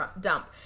dump